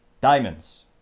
Diamonds